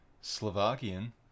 Slovakian